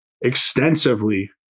extensively